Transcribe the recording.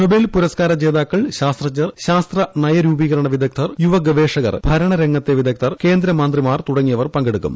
Nobel പുരസ്കാര ജേതാക്കൾ ശാസ്ത്രജ്ഞർ ശാസ്ത്ര നയരൂപീകരണ വിദഗ്ധർ യുവ ഗവേഷകർ ഭരണ രംഗത്തെ വിദഗ്ധർ കേന്ദ്ര മന്ത്രിമാർ തുടങ്ങിയവർ പങ്കെടുക്കും